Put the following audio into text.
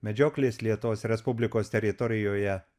medžioklės lietuvos respublikos teritorijoje